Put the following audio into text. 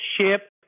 ship